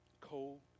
cold